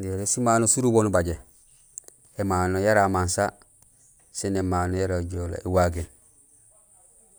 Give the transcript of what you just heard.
Doré simano surubo nubajé: éméno yara amansa sin émano yara ajoolee; éwagéén